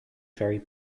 very